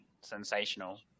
sensational